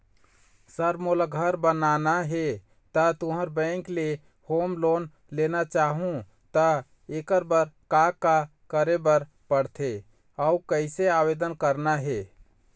Sir मोला घर बनाना हे ता तुंहर बैंक ले होम लोन लेना चाहूँ ता एकर बर का का करे बर पड़थे अउ कइसे आवेदन करना हे?